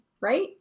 right